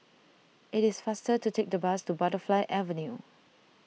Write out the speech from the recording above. it is faster to take the bus to Butterfly Avenue